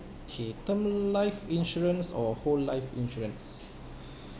K term life insurance or whole life insurance